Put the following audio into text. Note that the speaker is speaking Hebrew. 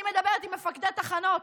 אני מדברת עם מפקדי תחנות,